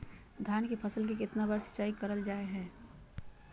धान की फ़सल को कितना बार सिंचाई करल जा हाय?